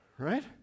right